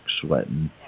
sweating